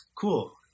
cool